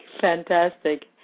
fantastic